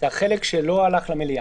זה החלק שלא הלך למליאה.